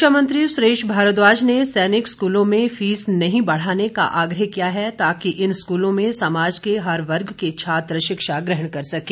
शिक्षा मंत्री सुरेश भारद्वाज ने सैनिक स्कूलों में फीस नहीं बढ़ाने का आग्रह किया ताकि इन स्कूलों में समाज के हर वर्ग के छात्र शिक्षा ग्रहण कर सकें